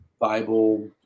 Bible